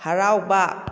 ꯍꯔꯥꯎꯕ